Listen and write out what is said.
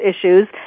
issues